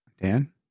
Dan